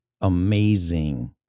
amazing